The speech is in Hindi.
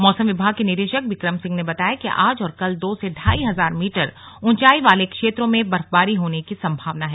मौसम विभाग के निदेशक बिक्रम सिंह ने बताया कि आज और कल दो से ढाई हजार मीटर उचाई वाले क्षेत्रों में बर्फबारी होने की संभावना है